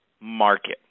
market